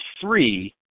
three